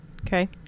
Okay